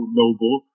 noble